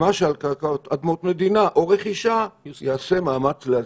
ומה שעל קרקעות אדמות מדינה או רכישה ייעשה מאמץ להסדיר.